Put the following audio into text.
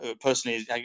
personally